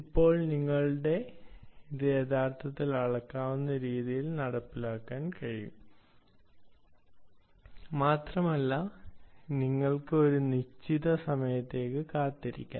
ഇപ്പോൾ നിങ്ങൾക്ക് ഇത് യഥാർത്ഥത്തിൽ അളക്കാവുന്ന രീതിയിൽ നടപ്പിലാക്കാൻ കഴിയും മാത്രമല്ല നിങ്ങൾക്ക് ഒരു നിശ്ചിത സമയത്തേക്ക് കാത്തിരിക്കാം